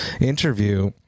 interview